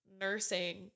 nursing